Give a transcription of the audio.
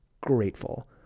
grateful